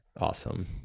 Awesome